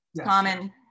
Common